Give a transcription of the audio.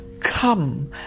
come